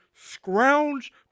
scrounge